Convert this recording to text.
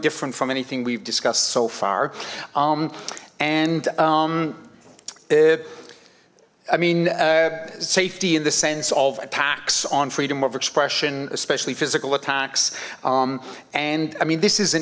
different from anything we've discussed so far and i mean safety in the sense of attacks on freedom of expression especially physical attacks and i mean this is an